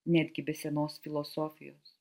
netgi be senos filosofijos